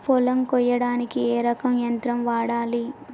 పొలం కొయ్యడానికి ఏ రకం యంత్రం వాడాలి?